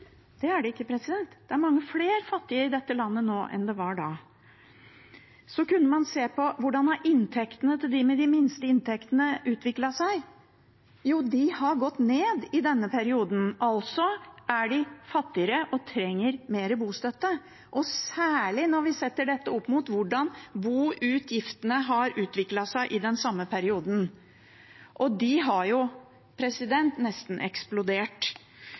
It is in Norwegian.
Det er det ikke. Det er mange flere fattige i dette landet nå enn det var da. Så kunne man se på hvordan inntektene til dem med de minste inntektene har utviklet seg. Jo, de har gått ned i denne perioden. Altså er de fattigere og trenger mer bostøtte – særlig når vi setter dette opp mot hvordan boutgiftene har utviklet seg i den samme perioden. De har nesten eksplodert.